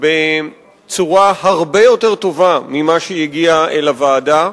בצורה הרבה יותר טובה מזו שהגיעה אל הוועדה.